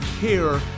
care